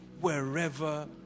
wherever